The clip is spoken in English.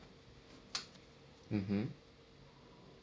mmhmm